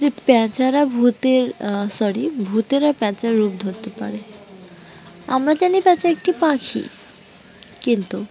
যে প্যাঁচারা ভূতের সরি ভূতেরা প্যাঁচার রূপ ধরতে পারে আমরা জানি প্যাঁচা একটি পাখি কিন্তু